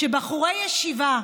שבחורי ישיבה,